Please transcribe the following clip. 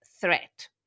Threat